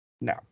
no